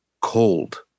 cold